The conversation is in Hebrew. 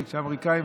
כי כשהאמריקאים